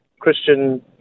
Christian